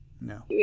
No